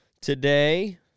today